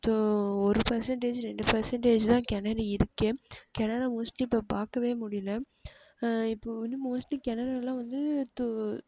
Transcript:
தோ ஒரு பர்சண்டேஜி ரெண்டு பர்சண்டேஜ் தான் கிணறு இருக்கே கிணற மோஸ்ட்லி இப்போ பார்க்கவே முடியல இப்போ வந்து மோஸ்ட்லி கிணறெல்லாம் வந்து தூ